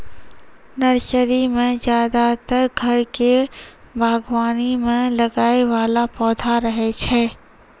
nursery मॅ ज्यादातर घर के बागवानी मॅ लगाय वाला पौधा रहै छै